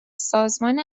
سازمان